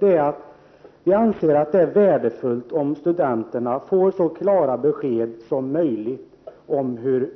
Vi anser nämligen att det är värdefullt att studenterna får så klara besked som möjligt om hur